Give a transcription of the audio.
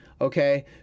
okay